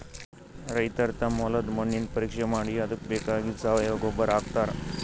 ರೈತರ್ ತಮ್ ಹೊಲದ್ದ್ ಮಣ್ಣಿನ್ ಪರೀಕ್ಷೆ ಮಾಡಿ ಅದಕ್ಕ್ ಬೇಕಾಗಿದ್ದ್ ಸಾವಯವ ಗೊಬ್ಬರ್ ಹಾಕ್ತಾರ್